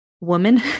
woman